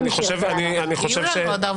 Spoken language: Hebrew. אני חייב לומר שחלק מהדברים שאמרת מקיפים